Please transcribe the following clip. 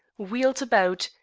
wheeled about,